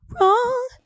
wrong